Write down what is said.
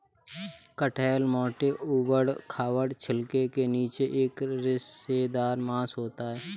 कटहल मोटे, ऊबड़ खाबड़ छिलके के नीचे एक रेशेदार मांस होता है